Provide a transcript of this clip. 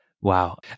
Wow